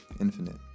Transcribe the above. infinite